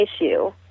issue